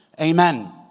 Amen